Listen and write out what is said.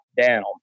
down